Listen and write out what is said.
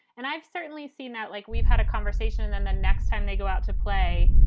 and i've certainly seen that like we've had a conversation. and the next time they go out to play,